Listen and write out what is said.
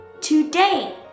today